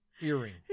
Earring